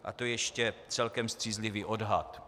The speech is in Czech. A to je ještě celkem střízlivý odhad.